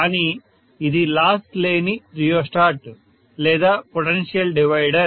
కాని ఇది లాస్ లేని రియోస్టాట్ లేదా పొటెన్షియల్ డివైడర్